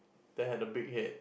they had the big head